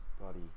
bloody